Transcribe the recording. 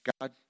God